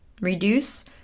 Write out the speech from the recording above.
Reduce